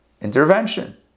intervention